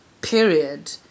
period